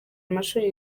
amashuri